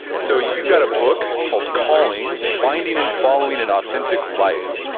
so you've got a book called callings finding and following an authentic life.